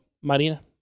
marina